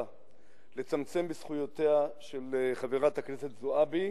לצמצם בזכויותיה של חברת הכנסת זועבי,